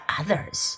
others